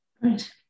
Right